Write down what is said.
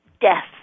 death